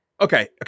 Okay